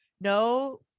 no